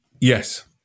Yes